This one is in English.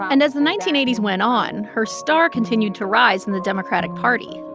and as the nineteen eighty s went on, her star continued to rise in the democratic party.